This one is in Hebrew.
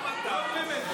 לא אומרים את זה.